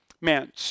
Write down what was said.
man